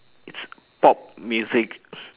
it's pop music